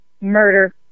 murder